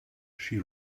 she